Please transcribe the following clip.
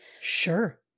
Sure